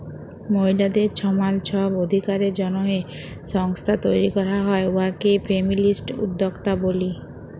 মহিলাদের ছমাল ছব অধিকারের জ্যনহে সংস্থা তৈরি ক্যরা হ্যয় উয়াকে ফেমিলিস্ট উদ্যক্তা ব্যলি